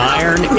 iron